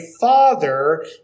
father